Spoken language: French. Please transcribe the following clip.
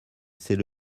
c’est